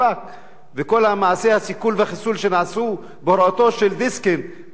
וכל מעשי הסיכול והחיסול שנעשו בהוראתו של דיסקין בשנים האחרונות.